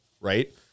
right